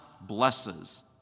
blesses